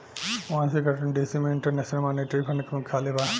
Washington DC में International Monetary Fund के मुख्यालय बा